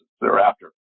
thereafter